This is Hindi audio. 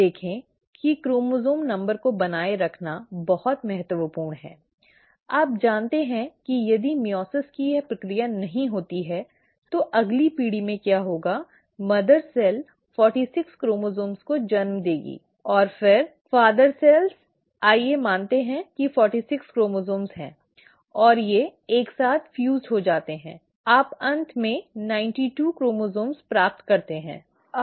देखें की क्रोमोसोम संख्याको बनाए रखना बहुत महत्वपूर्ण है आप जानते हैं कि यदि मइओसिस की यह प्रक्रिया नहीं होती है तो अगली पीढ़ी में क्या होगा मदर सेल 46 क्रोमोसोम्स को जन्म देगी और फिर फादर सेल्स आइए मानते हैं कि 46 क्रोमोसोम्स हैं और वे एक साथ फ्यूसेड हो जाते हैं आप अंत में 92 क्रोमोसोम्स प्राप्त करते हैं